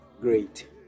Great